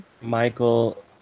Michael